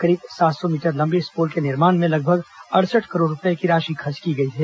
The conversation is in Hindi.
करीब सात सौ मीटर लम्बे इस पुल के निर्माण में लगभग अड़सठ करोड़ रूपये खर्च किए गए हैं